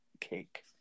cake